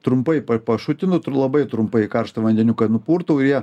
trumpai pa pašutinu turiu labai trumpai į karštą vandeniuką nupurtau ir ja